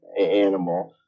animal